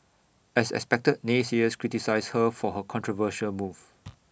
as expected naysayers criticised her for her controversial move